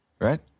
right